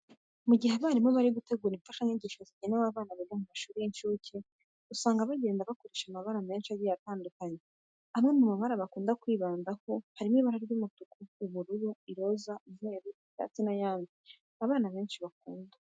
Mu gihe abarimu bari gutegura imfashanyigisho zigenewe abana biga mu mashuri y'incuke, usanga bagenda bakoresha amabara menshi agiye atandukanye. Amwe mu mabara bakunda kwibandaho harimo ibara ry'umutuku, ubururu, iroze, umweru, icyatsi n'ayandi abana benshi bakunda.